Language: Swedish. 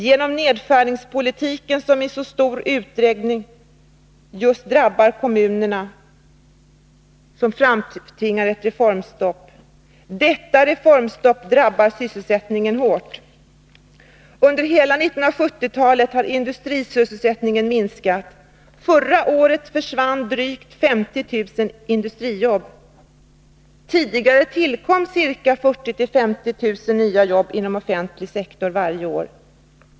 Genom nedskärningspolitiken som i stor utsträckning drabbar just kommunerna framtvingas ett reformstopp. Detta reformstopp drabbar sysselsättningen hårt. Under hela 1970-talet har industrisysselsättningen minskat. Förra året försvann 50 000 industrijobb. Tidigare tillkom varje år inom den offentliga sektorn ca 40 000-50 000 nya jobb.